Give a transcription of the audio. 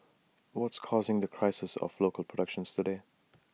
what's causing the crisis of local productions today